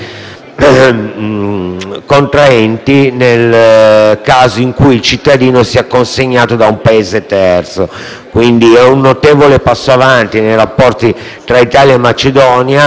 contraenti, nel caso in cui il cittadino sia consegnato da un Paese terzo. Essi sono un notevole passo in avanti nei rapporti tra Italia e Macedonia